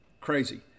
Crazy